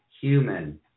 human